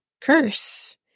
curse